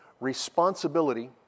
responsibility